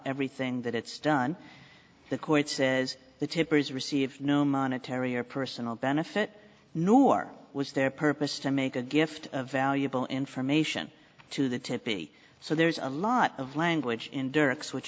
everything that it's done the court says the tipper's received no monetary or personal benefit nor was their purpose to make a gift of valuable information to the tipi so there's a lot of language in dirk's which